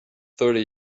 thirty